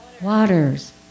waters